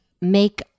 make